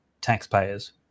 taxpayers